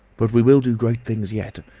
but we will do great things yet!